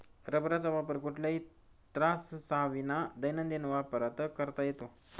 रबराचा वापर कुठल्याही त्राससाविना दैनंदिन वापरात करता येतो